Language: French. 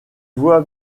vois